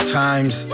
times